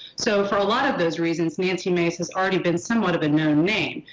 so for a lot of those reasons nancy mace has already been somewhat of a known name.